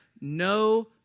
No